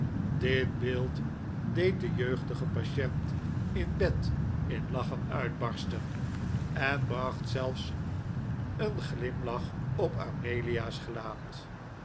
dit beeld deed den jeugdigen patient in bed in lachen uitbarstcn en bracht zelfs een glimlach op amelia's gelaat